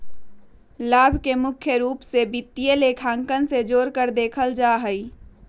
लाभ के मुख्य रूप से वित्तीय लेखांकन से जोडकर देखल जा हई